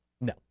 No